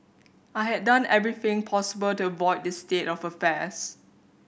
I had done everything possible to avoid this state of affairs